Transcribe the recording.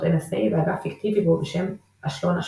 NSA ואגף פיקטיבי בו בשם "אשלון השלישית".